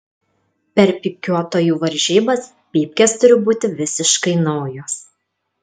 per pypkiuotojų varžybas pypkės turi būti visiškai naujos